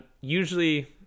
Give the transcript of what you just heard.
Usually